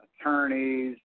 attorneys